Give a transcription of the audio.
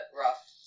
rough